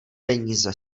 peníze